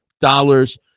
dollars